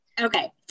Okay